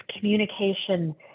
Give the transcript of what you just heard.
communication